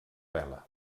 vela